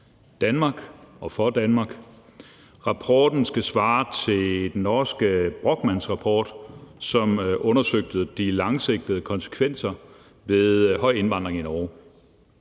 Danmark og for Danmark. Rapporten skal svare til den norske Brochmannrapport, som undersøgte de langsigtede konsekvenser ved høj indvandring i Norge.